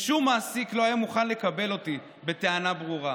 ושום מעסיק לא היה מוכן לקבל אותי בטענה ברורה.